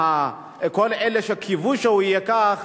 כל אלה שקיוו שהוא יהיה כך,